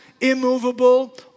immovable